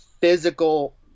physical